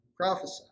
prophesy